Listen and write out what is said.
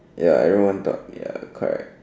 ya everyone thought ya cry